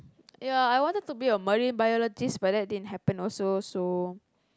ya I wanted to be a marine biologist but then it didn't happen also so